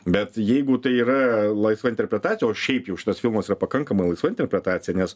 bet jeigu tai yra laisva interpretacija o šiaip jau šitas filmas yra pakankamai laisva interpretacija nes